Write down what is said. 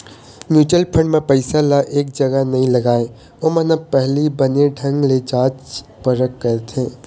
mutual fund म पइसा ल एक जगा नइ लगाय, ओमन ह पहिली बने ढंग ले जाँच परख करथे